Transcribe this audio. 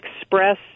express